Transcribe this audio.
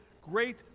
great